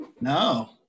No